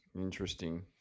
Interesting